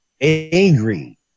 angry